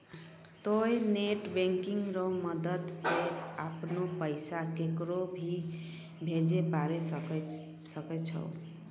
तोंय net banking रो मदद से अपनो पैसा केकरो भी भेजै पारै छहो